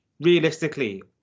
realistically